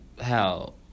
hell